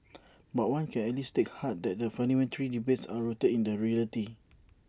but one can at least take heart that the parliamentary debates are rooted in reality